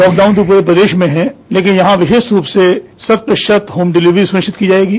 lockdown प्रे उत्तर प्रदेश में हैं लेकिन यहां विशेष रूप से शत प्रतिशत होम डिलीवरी प्रेषित की जायेगी